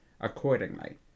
accordingly